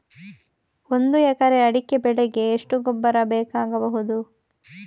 ಒಂದು ಎಕರೆ ಅಡಿಕೆ ಬೆಳೆಗೆ ಎಷ್ಟು ಗೊಬ್ಬರ ಬೇಕಾಗಬಹುದು?